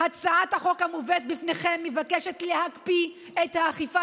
הצעת החוק המובאת בפניכם מבקשת להקפיא את האכיפה